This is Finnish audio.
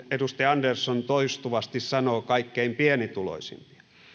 edustaja andersson toistuvasti sanoo kaikkein pienituloisimpia